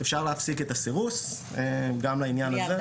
אפשר להפסיק את הסירוס, גם בעניין הזה.